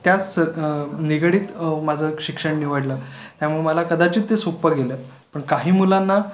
त्याच स निगडित माझं क् शिक्षण निवडलं त्यामुळे मला कदाचित ते सोपं गेलं पण काही मुलांना